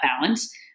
balance